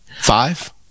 five